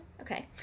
Okay